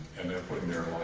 and they're putting their